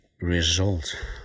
result